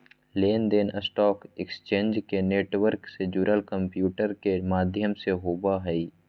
लेन देन stock exchange के network से जुड़ल कंम्प्यूटर के माध्यम से होबो हइ